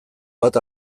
bat